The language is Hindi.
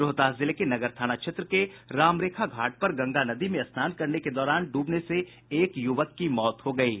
रोहतास जिले के नगर थाना क्षेत्र के रामरेखा घाट पर गंगा नदी में स्नान करने के दौरान डूबने से एक युवक की मौत हो गयी